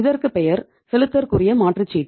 இதற்குப் பெயர் செலுத்தற்குரிய மாற்றுச்சீட்டு